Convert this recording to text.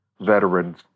veterans